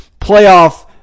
playoff